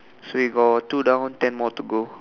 so we got two down ten more to go